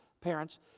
parents